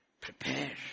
Prepare